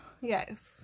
Yes